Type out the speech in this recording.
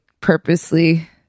purposely